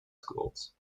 schools